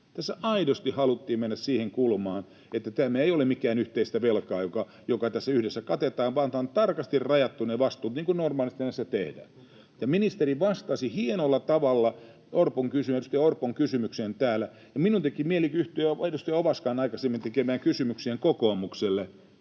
Tässä aidosti haluttiin mennä siihen kulmaan, että tämä ei ole mitään yhteistä velkaa, joka tässä yhdessä katetaan, vaan tässä on tarkasti rajattu ne vastuut, niin kuin normaalisti näissä tehdään. Ministeri vastasi hienolla tavalla edustaja Orpon kysymykseen täällä, ja minun teki mieli yhtyä edustaja Ovaskan aikaisemmin tekemään kysymykseen kokoomukselle.